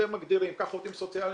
אתם מגדירים ככה עובדים סוציאלים,